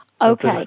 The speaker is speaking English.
Okay